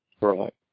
Right